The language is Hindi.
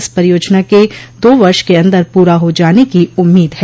इस परियोजना के दो वर्ष के अंदर पूरा हो जाने की उम्मीद है